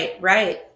right